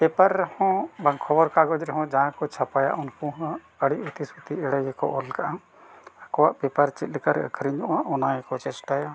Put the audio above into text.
paper ᱨᱮᱦᱚᱸ ᱵᱟᱝ ᱠᱷᱚᱵᱚᱨ ᱠᱟᱜᱚᱡᱽ ᱨᱮᱦᱚᱸ ᱡᱟᱦᱟᱸ ᱠᱚ ᱪᱷᱟᱯᱟᱭᱟ ᱩᱱᱠᱩ ᱦᱚᱸ ᱟᱹᱰᱤ ᱚᱛᱤ ᱥᱩᱛᱤ ᱮᱲᱮ ᱜᱮᱠᱚ ᱚᱞ ᱠᱟᱜᱼᱟ ᱟᱠᱚᱣᱟᱜ ᱯᱮᱯᱟᱨ ᱪᱮᱫᱞᱮᱠᱟ ᱨᱮ ᱟᱹᱠᱷᱨᱤᱧᱚᱜᱼᱟ ᱚᱱᱟ ᱜᱮᱠᱚ ᱪᱮᱥᱴᱟᱭᱟ